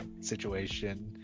situation